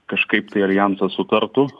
kažkaip tai aljansas sutartų